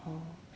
orh